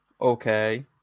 Okay